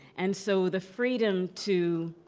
and so the freedom to